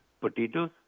potatoes